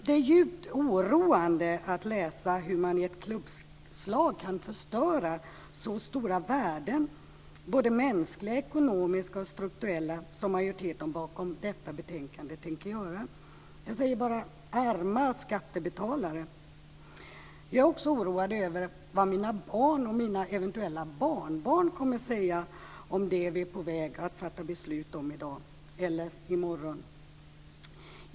Det är djupt oroande att läsa hur man i ett klubbslag kan förstöra så stora värden - både mänskliga, ekonomiska och strukturella - som majoriteten bakom detta betänkande tänker göra. Jag säger bara: Arma skattebetalare! Jag är också oroad över vad mina barn och eventuella barnbarn kommer att säga om det vi är på väg att fatta beslut om i morgon.